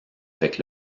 avec